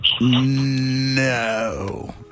No